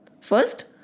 First